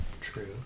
True